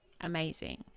Amazing